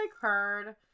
heard